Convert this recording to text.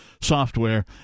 software